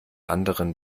anderen